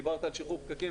דיברת על שחרור פקקים,